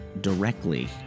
directly